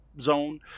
zone